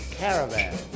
caravan